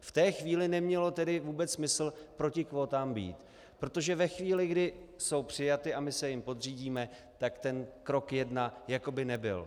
V té chvíli nemělo tedy vůbec smysl proti kvótám být, protože ve chvíli, kdy jsou přijaty a my se jim podřídíme, tak ten krok jedna jako by nebyl.